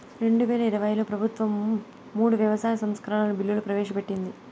రెండువేల ఇరవైలో ప్రభుత్వం మూడు వ్యవసాయ సంస్కరణల బిల్లులు ప్రవేశపెట్టింది